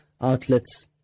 outlets